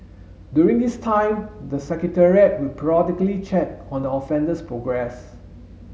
during this time the Secretariat will periodically check on the offender's progress